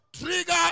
trigger